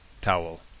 towel